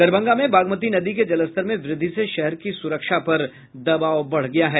दरभंगा में बागमती नदी के जलस्तर में वृद्धि से शहर की सुरक्षा पर दवाब बढ़ गया है